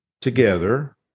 together